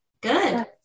good